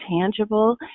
tangible